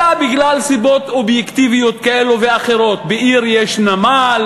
אלא בגלל סיבות אובייקטיביות כאלו ואחרות: בעיר יש נמל,